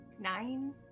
Nine